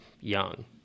young